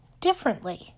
differently